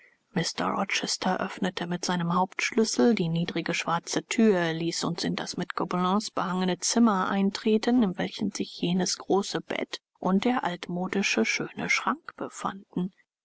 mr rochester öffnete mit seinem hauptschlüssel die niedrige schwarze thür ließ uns in das mit gobelins behangene zimmer eintreten in welchem sich jenes große bett und der altmodische schöne schrank befanden